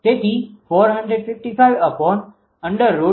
તેથી cos𝜃 એ અહી ૦